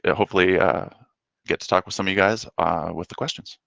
ah hopefully get to talk with some of you guys with the questions.